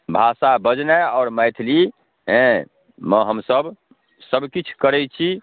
भाषा बजनाइ आओर मैथिली हँ मे हमसब सबकिछु करै छी